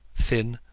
thin,